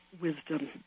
wisdom